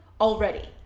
already